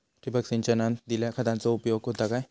ठिबक सिंचनान दिल्या खतांचो उपयोग होता काय?